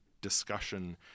discussion